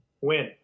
Win